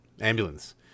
ambulance